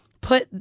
put